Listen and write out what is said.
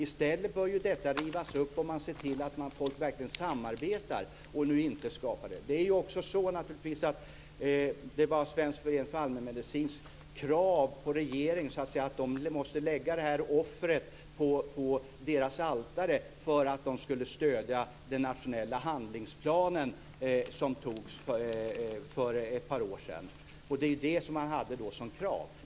Detta bör i stället rivas upp, och man bör se till att det kommer till stånd ett verkligt samarbete. Det var naturligtvis ett krav från Svensk förening för allmänmedicin på regeringen att man måste lägga det här offret på föreningens altare för att de skulle stödja den nationella handlingsplanen som antogs för ett par år sedan. Då hade föreningen detta som krav.